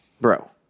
bro